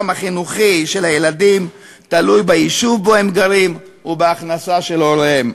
החינוכי של הילדים תלוי ביישוב שבו הם גרים ובהכנסה של הוריהם?